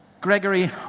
Gregory